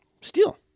Steel